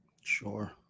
Sure